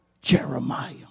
Jeremiah